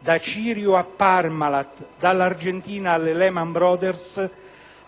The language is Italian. (da Cirio a Parmalat, da quelli argentini a Lehman Brothers), quindi